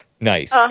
Nice